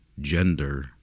gender